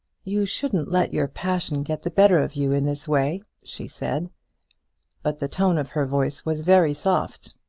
you shouldn't let your passion get the better of you in this way, she said but the tone of her voice was very soft,